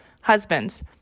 Husbands